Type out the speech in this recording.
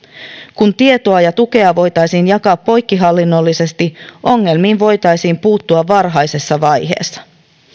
kun tietoa ja tukea voitaisiin jakaa poikkihallinnollisesti ongelmiin voitaisiin puuttua varhaisessa vaiheessa